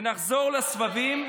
ונחזור לסבבים,